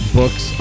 books